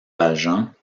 valjean